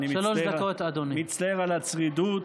אני מצטער על הצרידות.